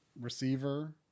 receiver